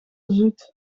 zoet